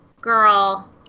girl